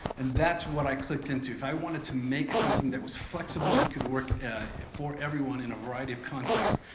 and that's what i clicked into. if i wanted to make something that was flexible and could work for everyone in a variety of contexts,